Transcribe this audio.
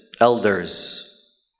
elders